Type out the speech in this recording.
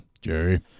Jerry